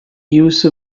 use